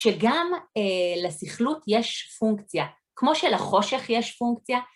שגם לסכלות יש פונקציה, כמו שלחושך יש פונקציה.